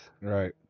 Right